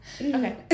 Okay